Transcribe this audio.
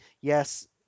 yes –